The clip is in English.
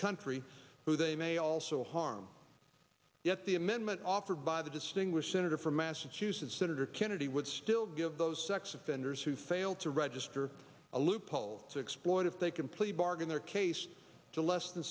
country who they may also harm yet the amendment offered by the distinguished senator from massachusetts senator kennedy would still give those sex offenders who fail to register a loophole to exploit if they can plea bargain their case to less than